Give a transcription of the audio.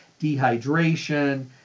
dehydration